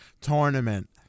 tournament